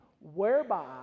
whereby